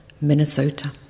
Minnesota